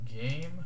game